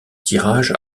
tirage